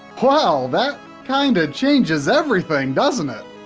well that kinda changes everything, doesn't it?